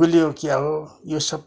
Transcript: गुलियो के हो यो सब